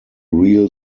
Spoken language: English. real